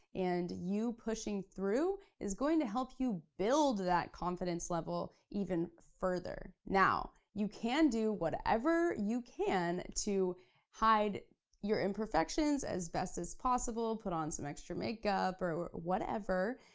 and you pushing through is going to help you build that confidence level even further. now you can do whatever you can to hide your imperfections as best as possible, put on some extra makeup, or whatever.